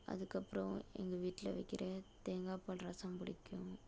அதுக்கப்றம் எங்கள் வீட்டில வைக்கிற தேங்காய் பால் ரசம் பிடிக்கும்